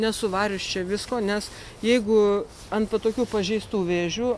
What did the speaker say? nesuvarius čia visko nes jeigu ant po tokių pažeistų vėžių